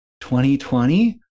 2020